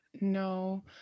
No